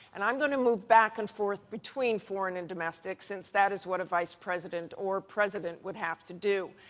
and i'm going to move back and forth between foreign and domestic since that is what a vice president or president would have to do.